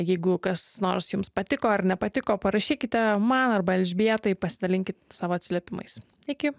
jeigu kas nors jums patiko ar nepatiko parašykite man arba elžbietai pasidalinkit savo atsiliepimais iki